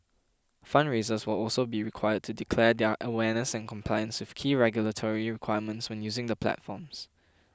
fundraisers will also be required to declare their awareness and compliance with key regulatory requirements when using the platforms